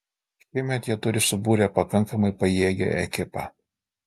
šiemet jie turi subūrę pakankamai pajėgią ekipą